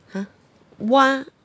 !huh! !wah!